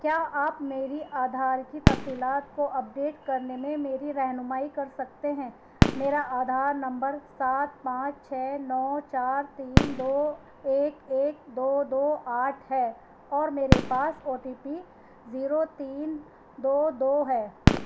کیا آپ میری آدھار کی تفصیلات کو اپ ڈیٹ کرنے میں میری رہنمائی کر سکتے ہیں میرا آدھار نمبر سات پانچ چھ نو چار تین دو ایک ایک دو دو آٹھ ہے اور میرے پاس او ٹی پی زیرو تین دو دو ہے